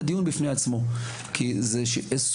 זה דיון בפני עצמו.